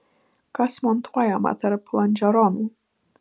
kas montuojama tarp lonžeronų